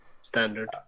Standard